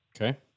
Okay